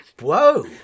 Whoa